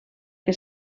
que